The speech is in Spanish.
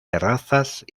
terrazas